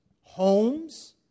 homes